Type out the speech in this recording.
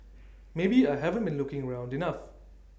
maybe I haven't been looking around enough